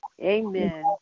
amen